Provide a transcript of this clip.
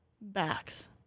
Backs